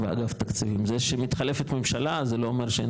ואגף תקציבים, זה שמתחלפת ממשלה, זה לא אומר שאין